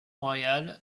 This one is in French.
royal